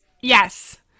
Yes